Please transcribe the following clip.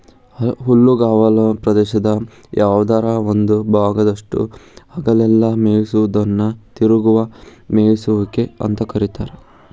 ಹುಲ್ಲುಗಾವಲ ಪ್ರದೇಶದ ಯಾವದರ ಒಂದ ಭಾಗದಾಗಷ್ಟ ಹಗಲೆಲ್ಲ ಮೇಯಿಸೋದನ್ನ ತಿರುಗುವ ಮೇಯಿಸುವಿಕೆ ಅಂತ ಕರೇತಾರ